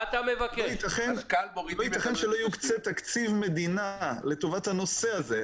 לא ייתכן שלא יוקצה תקציב המדינה לטובת הנושא הזה,